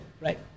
Right